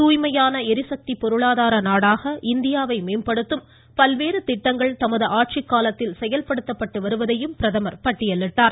தூய்மையான ளிசக்தி பொருளாதார நாடாக இந்தியாவை மேம்படுத்தும் பல்வேறு திட்டங்கள் தமது ஆட்சிக்காலத்தில் செயல்படுத்தப்பட்டு வருவதையும் பிரதமா பட்டியலிட்டார்